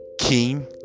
King